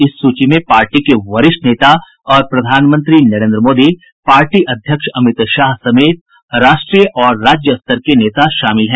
इस सूची में पार्टी के वरिष्ठ नेता और प्रधानमंत्री नरेन्द्र मोदी पार्टी अध्यक्ष अमित शाह समेत राष्ट्रीय और राज्य स्तर के नेता शामिल है